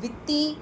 ਵਿੱਤੀ